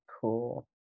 cool